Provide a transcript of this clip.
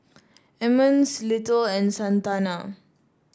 Emmons Little and Santana